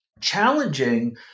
challenging